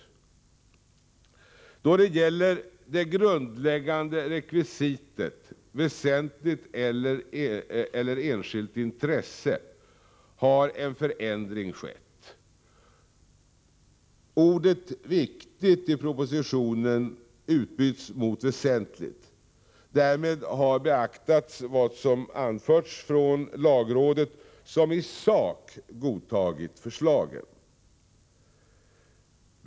Då det gäller det grundläggande rekvisitet ”väsentligt allmänt eller enskilt intresse” har en förändring skett. Ordet ”viktigt” i propositionen utbyts mot ”väsentligt”. Därmed har beaktats vad som anförts från lagrådet, som i sak har godtagit förslagen.